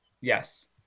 Yes